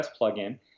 plugin